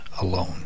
alone